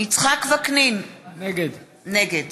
יצחק וקנין, נגד